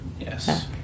Yes